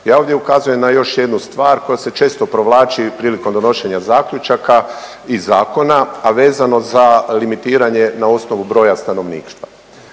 Ja ovdje ukazujem na još jednu stvar koja se često provlači prilikom donošenja zaključaka i zakona, a vezano za limitiranje na osnovu broja stanovništva.